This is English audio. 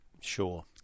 Sure